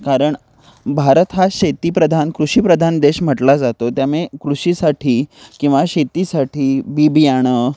कारण भारत हा शेतीप्रधान कृषीप्रधान देश म्हटला जातो त्यामुळे कृषीसाठी किंवा शेतीसाठी बी बियाणं